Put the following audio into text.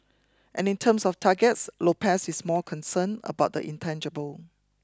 and in terms of targets Lopez is more concerned about the intangible